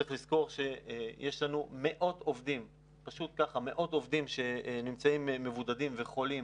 צריך לזכור שיש לנו מאות עובדים שנמצאים מבודדים וחולים,